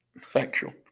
Factual